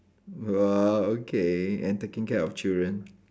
!wah! okay and taking care of children